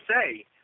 say